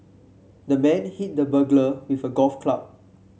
the man hit the burglar with a golf club